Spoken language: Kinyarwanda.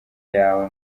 yawe